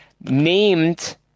named